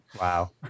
Wow